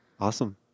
Awesome